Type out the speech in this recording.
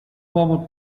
former